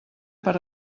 per